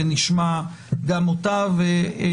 נשמע גם אותה לאחר מכן.